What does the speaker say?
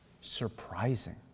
surprising